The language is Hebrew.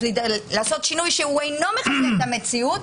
שינוי שאינו מתכתב עם המציאות,